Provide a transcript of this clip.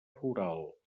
rural